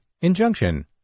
Injunction